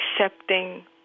accepting